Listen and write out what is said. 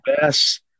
best